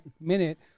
minute